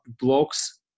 blocks